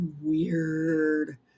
weird